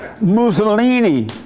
Mussolini